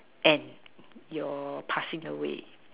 end your passing away